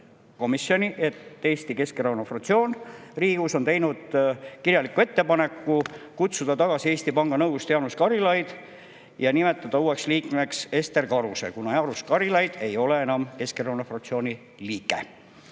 et Eesti Keskerakonna fraktsioon Riigikogus on teinud kirjaliku ettepaneku kutsuda tagasi Eesti Panga Nõukogust Jaanus Karilaid ja nimetada uueks liikmeks Ester Karuse, kuna Jaanus Karilaid ei ole enam Keskerakonna fraktsiooni liige.